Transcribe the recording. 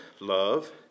love